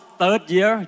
third-year